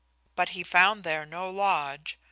but he found there no lodge,